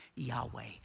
Yahweh